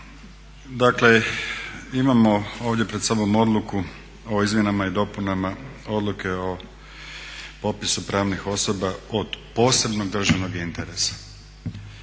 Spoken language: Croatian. Dakle, imamo ovdje pred sobom odluku o izmjenama i dopunama Odluke o popisu pravnih osoba od posebnog državnog interesa.